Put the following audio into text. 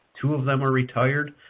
two of them are retired,